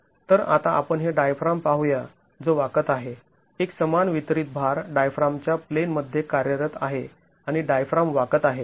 तर आता आपण हे डायफ्राम पाहूया जो वाकत आहे एक समान वितरित भार डायफ्रामच्या प्लेनमध्ये कार्यरत आहे आणि डायफ्राम वाकत आहे